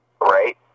right